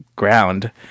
ground